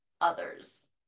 others